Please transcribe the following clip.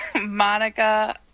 Monica